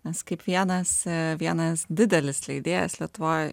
nes kaip vienas vienas didelis leidėjas lietuvoj